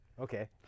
Okay